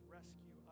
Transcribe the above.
rescue